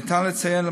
ניתן לציין,